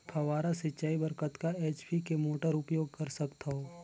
फव्वारा सिंचाई बर कतका एच.पी के मोटर उपयोग कर सकथव?